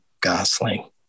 Gosling